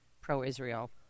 pro-Israel